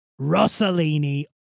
Rossellini